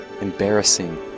embarrassing